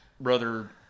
Brother